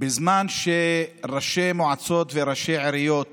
בזמן שראשי מועצות וראשי עיריות